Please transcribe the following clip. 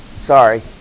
Sorry